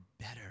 better